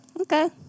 Okay